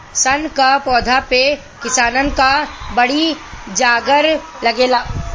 सन कअ पौधा में किसानन कअ बड़ी जांगर लागेला